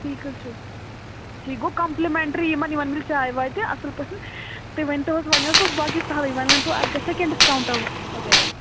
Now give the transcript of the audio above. ٹھیٖک حظ چھِ گوٚو کمپٕلمینٛٹری یِمَن یِمَن مِل چاے واے تہِ اَصٕل پٲٹھۍ تُہۍ ؤنۍ تو حظ ؤنۍ حظ اوس باقٕے سہلٕے وَنۍ ؤنۍ تو اَتھ گژھِ کینٛہہ ڈِسکاوٹ وغیرہ